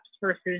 versus